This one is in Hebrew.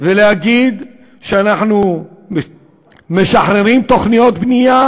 ולהגיד שאנחנו משחררים תוכניות בנייה,